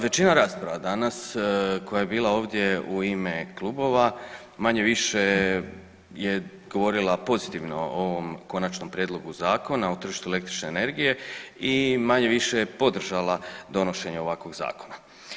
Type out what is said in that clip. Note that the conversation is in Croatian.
Većina rasprava danas koja je bila ovdje u ime klubova manje-više je govorila pozitivno o ovom Konačnom prijedlogu Zakona o tržištu električne energije i manje-više je podržala donošenje ovakvog zakona.